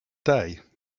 day